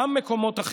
גם מקומות אחרים.